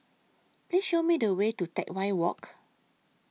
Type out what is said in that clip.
Please Show Me The Way to Teck Whye Walk